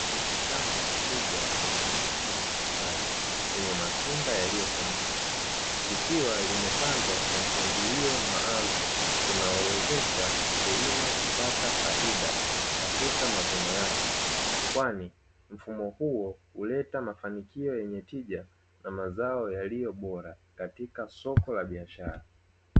Shamba kubwa lenye miti ya mipapai lenye matunda yaliyokomaa likiwa limepandwa kwa mpangilio maalumu unaowezesha mkulima kupata faida katika mavuno yake, kwani mfumo huo huleta mafanikio yenye tija na mazao yaliyo bora katika soko la biashara.